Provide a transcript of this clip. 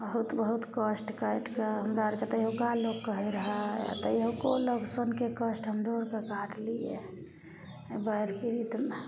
बहुत बहुत कष्ट काटिके हमरा अरके तहिओका लोग कहय रहय आओर तहिओके लोग सबके कष्ट हमरो अरके काटलियै बाढ़ि पीड़ितमे